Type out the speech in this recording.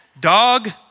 dog